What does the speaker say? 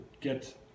get